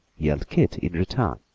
yelled keith, in return.